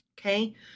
Okay